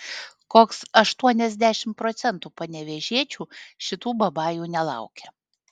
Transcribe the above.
koks aštuoniasdešimt procentų panevėžiečių šitų babajų nelaukia